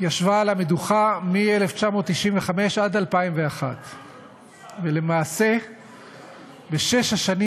שישבה על המדוכה מ-1995 עד 2001. ולמעשה בשש השנים